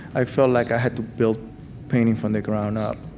i felt like i had to build painting from the ground up.